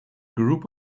group